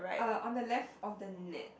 uh on the left of the net